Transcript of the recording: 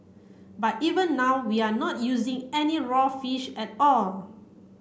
but even now we are not using any raw fish at all